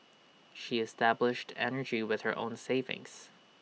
she established energy with her own savings